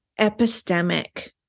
epistemic